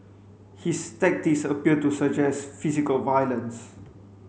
his tactics appear to suggest physical violence